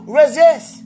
resist